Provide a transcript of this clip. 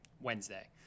Wednesday